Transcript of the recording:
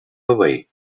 away